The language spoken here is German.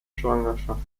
schwangerschaft